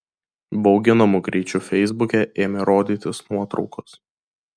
bauginamu greičiu feisbuke ėmė rodytis nuotraukos